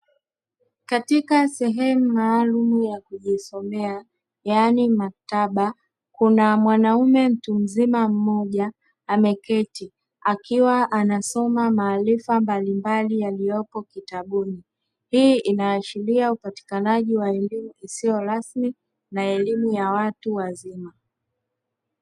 Katika sehemu maalumu ya kujisomea yaani maktaba kuna mwanaume mtu mzima mmoja ameketi, akiwa anasoma maarifa mbalimbali yaliyopo kitabuni. Hii inaashiria upatikanaji wa elimu isiyo rasmi na elimu ya watu wazima.